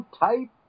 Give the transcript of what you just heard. type